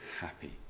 happy